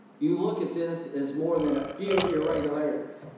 you look at this as more than a few irregularities.